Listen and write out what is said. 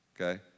Okay